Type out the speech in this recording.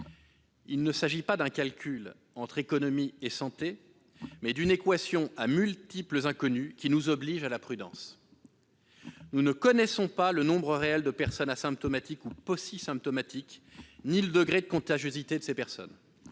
Il s'agit non pas d'un calcul entre économie et santé, mais d'une équation à multiples inconnues, qui nous oblige à la prudence. En effet, nous ne connaissons pas le nombre réel de personnes asymptomatiques ou paucisymptomatiques ni le degré de contagiosité de ces personnes